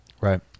Right